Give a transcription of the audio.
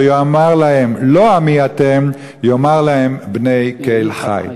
יֵאָמֵר להם לא עמי אתם יֵאָמֵר להם בני אל חי".